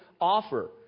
offer